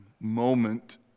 moment